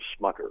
Smucker